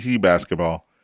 basketball